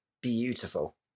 beautiful